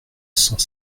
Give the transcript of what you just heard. cent